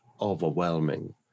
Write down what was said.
overwhelming